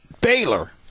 Baylor